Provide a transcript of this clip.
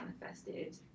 manifested